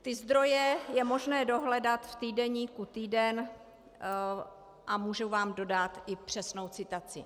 Ty zdroje je možné dohledat v týdeníku Týden a mohu vám dodat i přesnou citaci.